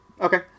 Okay